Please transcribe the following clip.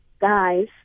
guys